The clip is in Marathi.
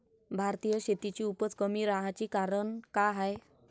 भारतीय शेतीची उपज कमी राहाची कारन का हाय?